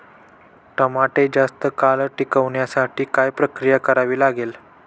टमाटे जास्त काळ टिकवण्यासाठी काय प्रक्रिया करावी लागेल?